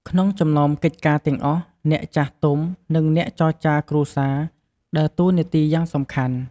ក្នុងចំណោមកិច្ចការទាំងអស់ អ្នកចាស់ទុំ និងអ្នកចរចារគ្រួសារ ដើរតួនាទីយ៉ាងសំខាន់។